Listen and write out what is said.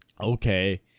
Okay